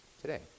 today